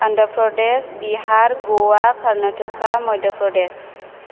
Andhra Pradesh Bihar Goa Karnataka Madhya Pradesh